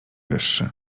wyższy